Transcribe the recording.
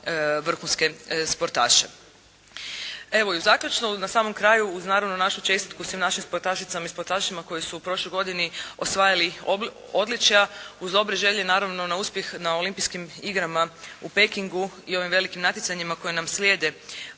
vrhunske sportaše. Evo i zaključno, na samom kraju, uz naravno našu čestitku svim našim sportašicama i sportašima koji su u prošloj godini osvajali odličja, uz dobre želje naravno na uspjeh na olimpijskim igrama u Pekingu i ovim velikim natjecanjima koji nam slijede